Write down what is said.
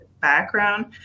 background